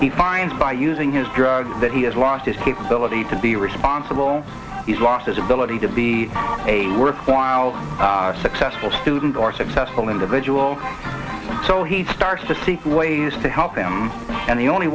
he finds by using his drugs that he has lost his capability to be responsible he's lost his ability to be a worthwhile successful student or successful individual so he starts to seek ways to help him and the only